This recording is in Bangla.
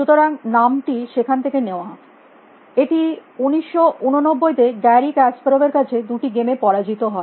সুতরাং নামটি সেখান থেকে নেওয়া এটি 1989 তে গ্যারি কাসপারভ এর কাছে দুটি গেম এ পরাজিত হয়